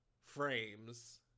frames